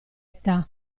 età